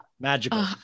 magical